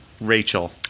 Rachel